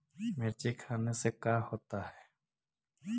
मिर्ची खाने से का होता है?